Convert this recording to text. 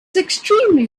extremely